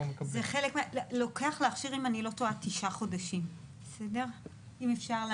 אם אני לא טועה, תשעה חודשים לוקח להכשיר.